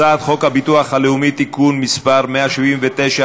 הצעת חוק הביטוח הלאומי (תיקון מס' 179),